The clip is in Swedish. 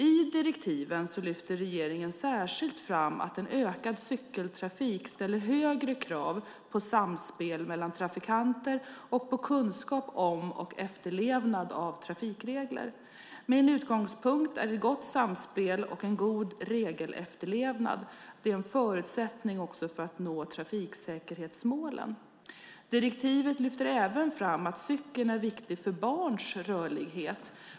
I direktivet lyfter regeringen särskilt fram att en ökad cykeltrafik ställer högre krav på samspel mellan trafikanter och på kunskap om och efterlevnad av trafikregler. Min utgångspunkt är att ett gott samspel och en god regelefterlevnad är en förutsättning för att nå trafiksäkerhetsmålen. Direktivet lyfter även fram att cykeln är viktig för barns rörlighet.